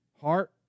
heart